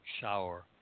shower